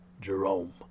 Jerome